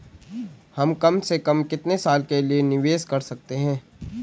हम कम से कम कितने साल के लिए निवेश कर सकते हैं?